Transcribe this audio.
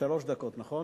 שלוש דקות, נכון?